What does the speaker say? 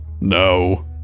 No